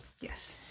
Yes